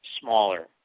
smaller